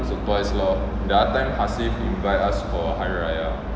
once or twice lor the other time hasif invite us for hari raya